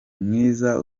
mwiza